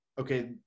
Okay